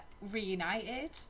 reunited